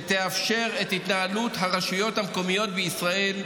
שתאפשר את התנהלות הרשויות המקומיות בישראל,